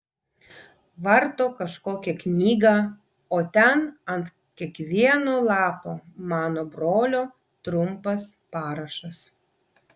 varto kažkokią knygą o ten ant kiekvieno lapo mano brolio trumpas parašas